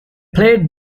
played